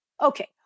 Okay